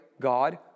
God